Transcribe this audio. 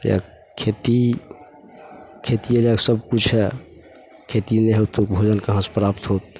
खेती खेतीए लैके सबकिछु हइ खेती नहि होतऽ भोजन कहाँसे प्राप्त होतऽ